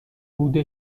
بوده